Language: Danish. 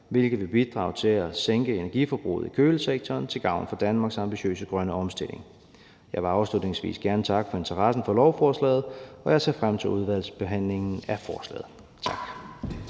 hvilket vil bidrage til at sænke energiforbruget i kølesektoren til gavn for Danmarks ambitiøse grønne omstilling. Jeg vil afslutningsvis gerne takke for interessen for lovforslaget, og jeg ser frem til udvalgsbehandlingen af forslaget. Tak.